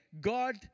God